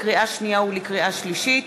לקריאה שנייה ולקריאה שלישית,